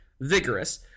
vigorous